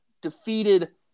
defeated